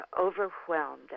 overwhelmed